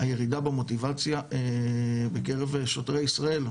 הירידה במוטיבציה בקרב שוטרי ישראל,